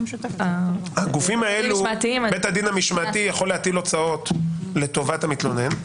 הגופים האלו בית הדין המשמעתי יכול להטיל הוצאות לטובת המתלונן.